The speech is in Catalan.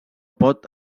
pot